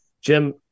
Jim